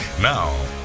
Now